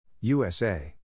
USA